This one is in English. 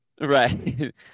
Right